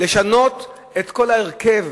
לשנות את כל ההרכב